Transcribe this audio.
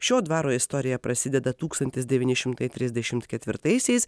šio dvaro istorija prasideda tūkstantis devyni šimtai trisdešimt ketvirtaisiais